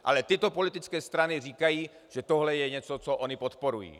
Ale tyto politické strany říkají, že tohle je něco, co ony podporují.